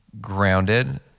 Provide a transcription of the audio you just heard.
grounded